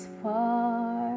far